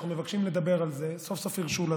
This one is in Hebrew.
חודש וחצי שאנחנו מבקשים לדבר על זה סוף-סוף הרשו לנו,